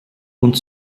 und